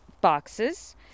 boxes